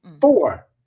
Four